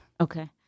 Okay